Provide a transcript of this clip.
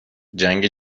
جنگ